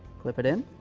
clip it in,